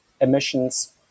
emissions